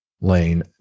lane